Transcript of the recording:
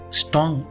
strong